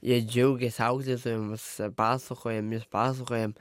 jie džiaugias auklėtojoms pasakojam ir pasakojam